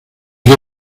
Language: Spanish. que